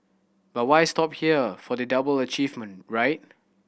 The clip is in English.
but why stop here for the double achievement right